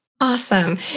Awesome